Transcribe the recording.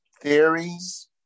Theories